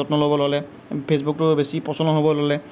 যত্ন ল'ব ল'লে ফেচবুকটো বেছি প্ৰচলন হ'বলৈ ল'লে